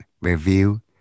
review